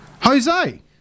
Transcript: Jose